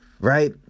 right